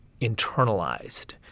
internalized